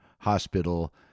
Hospital